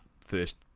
first